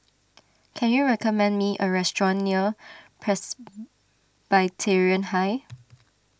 can you recommend me a restaurant near Presbyterian High